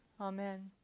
Amen